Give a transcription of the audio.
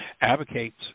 advocates